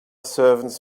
servants